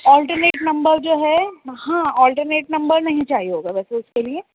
alternate number جو ہے ہاں الٹرنیٹ نمبر نہیں چاہیے ہوگا ویسے اس کے لئے